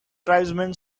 tribesman